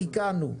תיקנו.